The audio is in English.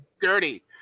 dirty